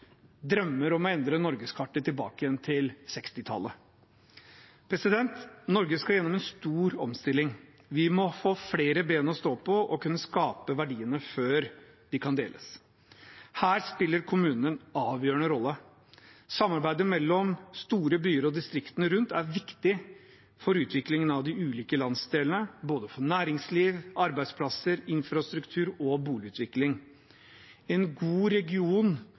drømmer om å endre norgeskartet tilbake til 1960-tallet. Norge skal gjennom en stor omstilling. Vi må få flere ben å stå på og kunne skape verdiene før de kan deles. Her spiller kommunene en avgjørende rolle. Samarbeidet mellom store byer og distriktene rundt er viktig for utviklingen av de ulike landsdelene, for både næringsliv, arbeidsplasser, infrastruktur og boligutvikling. En god